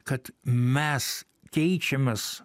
kad mes keičiamės